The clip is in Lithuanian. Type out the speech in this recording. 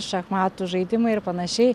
šachmatų žaidimai ir panašiai